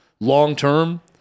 long-term